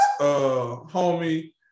homie